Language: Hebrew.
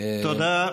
תודה.